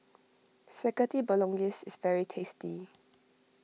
Spaghetti Bolognese is very tasty